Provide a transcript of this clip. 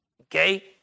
Okay